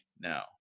now